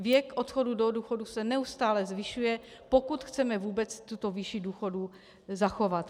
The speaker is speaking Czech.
Věk odchodu do důchodu se neustále zvyšuje, pokud chceme vůbec tuto výši důchodů zachovat.